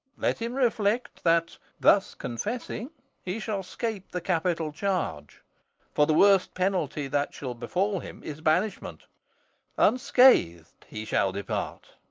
let him reflect that thus confessing he shall scape the capital charge for the worst penalty that shall befall him is banishment unscathed he shall depart.